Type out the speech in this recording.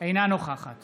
אינה נוכחת